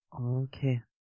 Okay